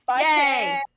Yay